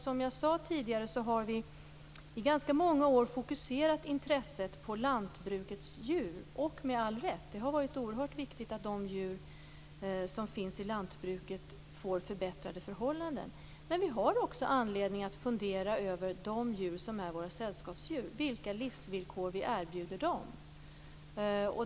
Som jag sade tidigare har vi i ganska många år fokuserat intresset på lantbrukets djur. Med all rätt. Det har varit oerhört viktigt att de djur som finns i lantbruket får förbättrade förhållanden. Men vi har också anledning att fundera över de djur som är våra sällskapsdjur och vilka livsvillkor vi erbjuder dem.